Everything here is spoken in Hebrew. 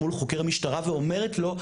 מול חוקר משטרה ואומרת לו,